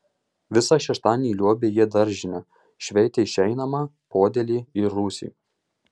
visą šeštadienį liuobė jie daržinę šveitė išeinamą podėlį ir rūsį